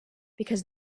because